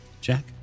Jack